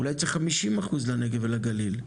אולי צריך 50% לנגב ולגליל,